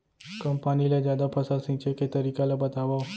कम पानी ले जादा फसल सींचे के तरीका ला बतावव?